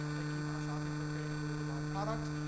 thank you anastasia for creating a really, really bomb product.